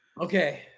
Okay